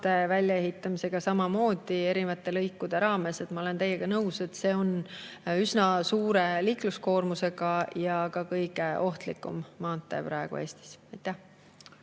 väljaehitamisega samamoodi, eri lõikude [kaupa]. Ma olen teiega nõus, et see on praegu üsna suure liikluskoormusega ja ka kõige ohtlikum maantee Eestis.